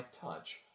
touch